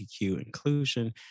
inclusion